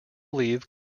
leave